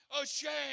ashamed